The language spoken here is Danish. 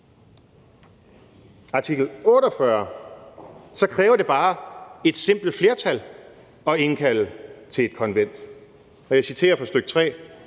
artikel 48 kræver det bare et simpelt flertal at indkalde til et konvent. Og jeg citerer fra stk.